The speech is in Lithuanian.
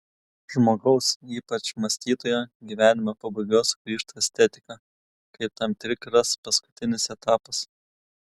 žmogaus ypač mąstytojo gyvenimo pabaigoje sugrįžta estetika kaip tam tikras paskutinis etapas